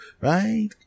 Right